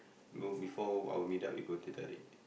go before our meetup we go Teh-Tarik